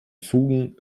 fugen